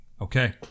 Okay